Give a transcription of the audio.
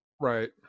Right